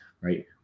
right